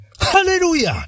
Hallelujah